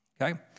Okay